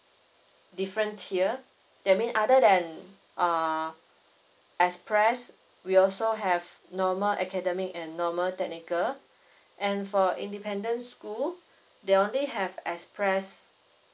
different tier that mean other than uh express we also have normal academic and normal technical and for independent school they only have express